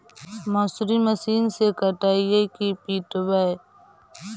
मसुरी मशिन से कटइयै कि पिटबै?